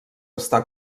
està